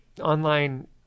online